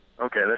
okay